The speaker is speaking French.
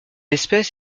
espèce